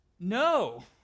No